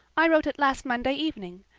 i wrote it last monday evening.